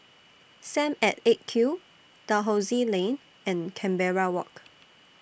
SAM At eight Q Dalhousie Lane and Canberra Walk